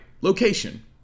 location